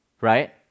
right